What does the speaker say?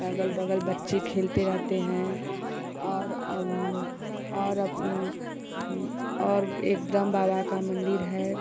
अगल बगल बच्चे खेलते रहते हैं और अब और और एक ब्रह्म बाबा का मन्दिर है